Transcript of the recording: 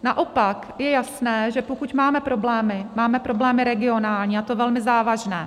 Naopak je jasné, že pokud máme problémy, máme problémy regionální, a to velmi závažné.